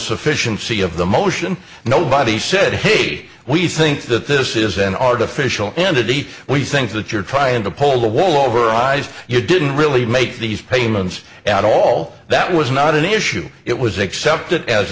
sufficiency of the motion nobody said hey we think that this is an artificial entity we think that you're trying to pull the wool over our eyes you didn't really make these payments at all that was not an issue it was accepted as